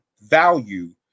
value